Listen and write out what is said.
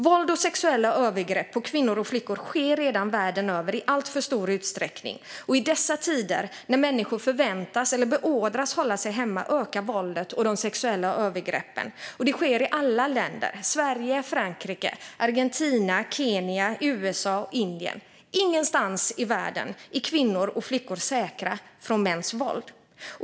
Våld och sexuella övergrepp mot kvinnor och flickor sker redan världen över i alltför stor utsträckning. I dessa tider när människor förväntas eller beordras hålla sig hemma ökar våldet och de sexuella övergreppen. Och det sker i alla länder. Sverige, Frankrike, Argentina, Kenya, USA, Indien - ingenstans i världen är kvinnor och flickor säkra från mäns våld.